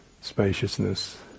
spaciousness